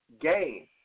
gain